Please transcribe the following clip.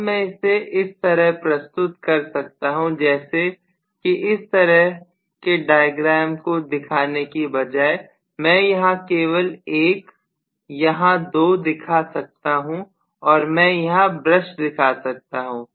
अब मैं इसे इस तरह प्रस्तुत कर सकता हूं जैसे कि इस तरह के डायग्राम को दिखाने के बजाय मैं यहां केवल 1 यहां 2 दिखा सकता हूं और मैं यहां ब्रश दिखा सकता हूं